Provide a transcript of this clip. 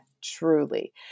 truly